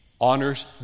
honors